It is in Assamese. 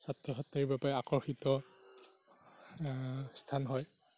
ছাত্ৰ ছাত্ৰীৰ বাবে আকৰ্ষিত স্থান হয়